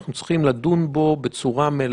אני מדבר על כך שאנחנו צריכים לדון בו בצורה מלאה.